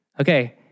Okay